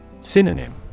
Synonym